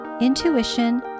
intuition